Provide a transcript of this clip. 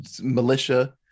militia